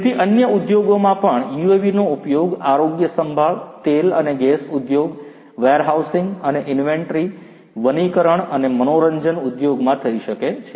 તેથી અન્ય ઉદ્યોગોમાં પણ યુએવીનો ઉપયોગ આરોગ્ય સંભાળ તેલ અને ગેસ ઉદ્યોગ વેરહાઉસીંગ અને ઇન્વેન્ટરી વનીકરણ અને મનોરંજન ઉદ્યોગમાં થઈ શકે છે